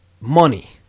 money